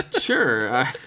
Sure